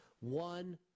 One